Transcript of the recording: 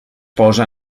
posa